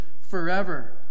forever